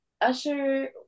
Usher